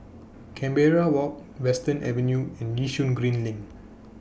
Canberra Walk Western Avenue and Yishun Green LINK